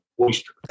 oyster